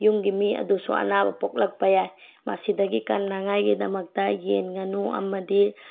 ꯌꯨꯝꯒꯤ ꯃꯤ ꯑꯗꯨꯁꯨ ꯑꯅꯥꯕ ꯄꯣꯛꯂꯛꯄ ꯌꯥꯏ ꯃꯁꯤꯗꯒꯤ ꯀꯥꯟꯅꯉꯥꯏꯒꯤꯗꯃꯛꯇ ꯌꯦꯟ ꯉꯥꯅꯨ ꯑꯃꯗꯤ